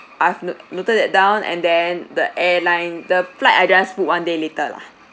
I've no~ noted that down and then the airline the flight I just book one day later lah